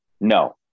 No